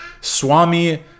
Swami